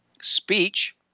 Speech